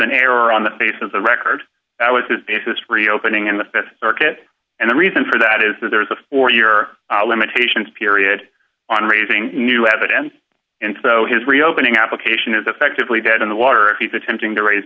error on the face of the record that was his basis reopening in the th circuit and the reason for that is that there is a four year limitations period on raising new evidence and so his reopening application is effectively dead in the water if he's attempting to raise